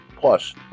Plus